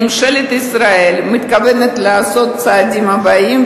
ממשלת ישראל מתכוונת לעשות את הצעדים הבאים,